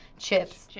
chips.